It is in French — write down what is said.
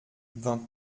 vingt